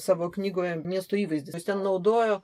savo knygoje miesto įvaizdis ten naudojo